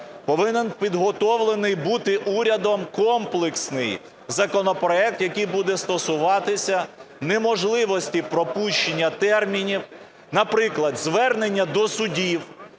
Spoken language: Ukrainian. повинен підготовлений бути урядом комплексний законопроект, який буде стосуватися неможливості пропущення термінів, наприклад, звернення до судів.